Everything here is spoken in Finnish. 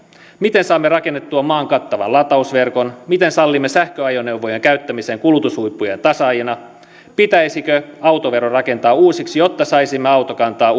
miten saamme rakennettua maan kattavan latausverkon miten sallimme sähköajoneuvojen käyttämisen kulutushuippujen tasaajina pitäisikö autovero rakentaa uusiksi jotta saisimme autokantaa